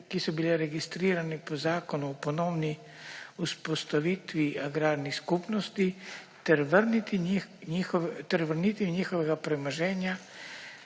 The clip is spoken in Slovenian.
ki so bile registrirane po Zakonu o ponovni vzpostavitvi agrarnih skupnosti ter vrniti njihovega premoženja